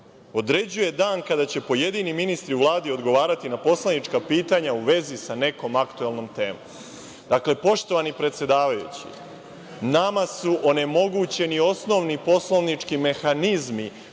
određuje dan kada će pojedini ministri u Vladi odgovarati na poslanička pitanja u vezi sa nekom aktuelnom temom. Poštovani predsedavajući, nama su onemogućeni osnovni poslovnički mehanizmi